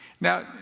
Now